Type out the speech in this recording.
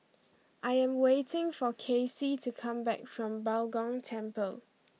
I am waiting for Kacey to come back from Bao Gong Temple